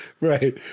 Right